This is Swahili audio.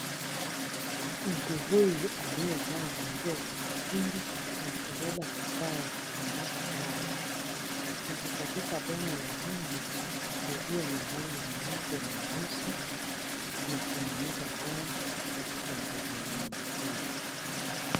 Mtu huyu aliyevaa manguo ya kujikinga, na kubeba kifaa ya kunyunyiza dawa ako katika boma la ng'ombe lililo na rangi nyeupe na nyeusi, na kunyunyiza dawa katika ngozi ya ng'ombe huyo.